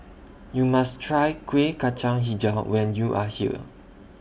YOU must Try Kuih Kacang Hijau when YOU Are here